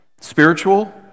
spiritual